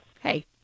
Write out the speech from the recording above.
Hey